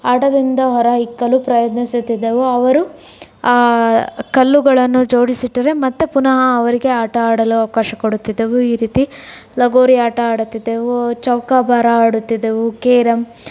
ಆಟದಿಂದ ಹೊರ ಇಕ್ಕಲು ಪ್ರಯತ್ನಿಸುತ್ತಿದ್ದೆವು ಅವರು ಆ ಕಲ್ಲುಗಳನ್ನು ಜೋಡಿಸಿಟ್ಟರೆ ಮತ್ತೆ ಪುನಃ ಅವರಿಗೆ ಆಟ ಆಡಲು ಅವಕಾಶ ಕೊಡುತ್ತಿದ್ದೆವು ಈ ರೀತಿ ಲಗೋರಿ ಆಟ ಆಡುತ್ತಿದ್ದೆವು ಚೌಕಾ ಬಾರ ಆಡುತ್ತಿದ್ದೆವು ಕೇರಮ್